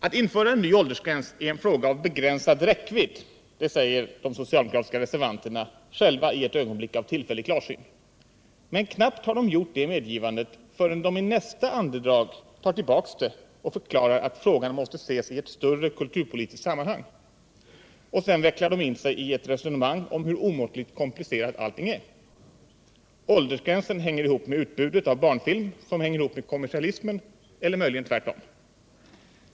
Att införa en ny åldersgräns är en fråga av begränsad räckvidd — det säger de socialdemokratiska reservanterna själva i ett ögonblick av tillfällig klarsyn. Men knappt har de gjort det medgivandet förrän de i nästa andedrag tar tillbaka det och förklarar att frågan måste ses i ett större kulturpolitiskt sammanhang. Och sedan vecklar de in sig i ett resonemang om hur omåttligt komplicerat allting är. Åldersgränsen hänger ihop med utbudet av barnfilm, som hänger ihop med kommersialismen — eller möjligen tvärtom.